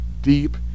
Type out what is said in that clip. Deep